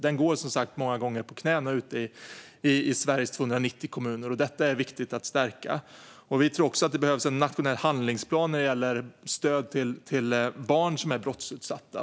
Den går som sagt många gånger på knäna ute i Sveriges 290 kommuner, och det är viktigt att stärka den. Vi tror också att det behövs en nationell handlingsplan när det gäller stöd till barn som är brottsutsatta.